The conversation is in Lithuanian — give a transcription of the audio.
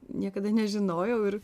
niekada nežinojau ir